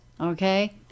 okay